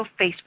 Facebook